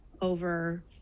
over